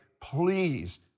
please